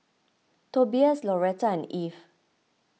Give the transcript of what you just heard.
Tobias Lauretta and Eve